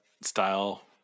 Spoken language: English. style